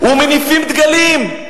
ומניפים דגלים,